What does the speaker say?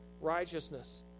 righteousness